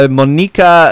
monica